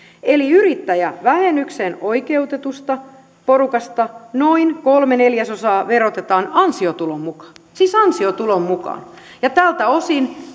eli yrittäjävähennykseen oikeutetusta porukasta noin kolmea neljäsosaa verotetaan ansiotulon mukaan siis ansiotulon mukaan ja tältä osin